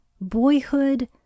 Boyhood